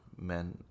men